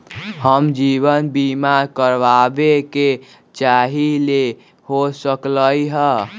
हम जीवन बीमा कारवाबे के चाहईले, हो सकलक ह?